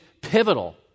pivotal